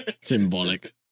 symbolic